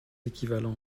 équivalent